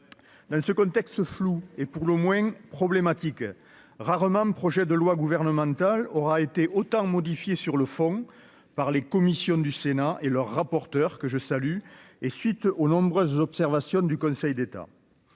dans ce contexte flou et pour le moins problématique rarement un projet de loi gouvernemental aura été autant modifié sur le fond par les commissions du Sénat et leur rapporteur, que je salue et suite aux nombreuses observations du Conseil d'État